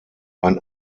ein